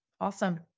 Awesome